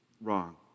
wrong